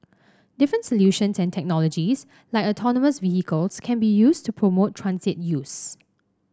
different solutions and technologies like autonomous vehicles can be used to promote transit use